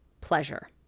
pleasure